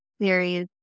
series